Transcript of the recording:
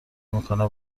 میکنه